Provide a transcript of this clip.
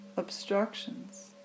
Obstructions